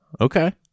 Okay